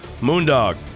Moondog